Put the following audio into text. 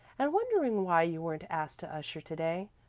and wondering why you weren't asked to usher to-day.